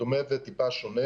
דומה וטיפה שונה